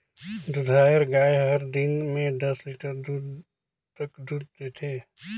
दूधाएर गाय हर दिन में दस लीटर तक दूद देथे